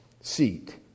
seat